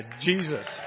Jesus